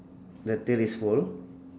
the tail is full